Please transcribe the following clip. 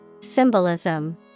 Symbolism